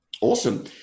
Awesome